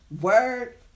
Word